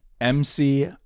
MC